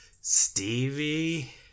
Stevie